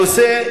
הנושא,